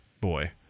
boy